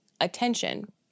attention